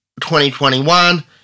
2021